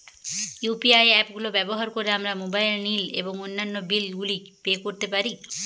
UPI app গুলো ব্যবহার করে আমরা মোবাইল নিল এবং অন্যান্য বিল গুলি পে করতে পারি